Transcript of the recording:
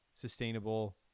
sustainable